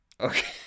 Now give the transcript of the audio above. Okay